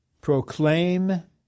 proclaim